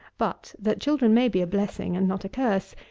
but, that children may be a blessing and not a curse,